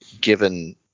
given